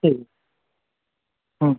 হুম হুম